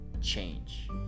change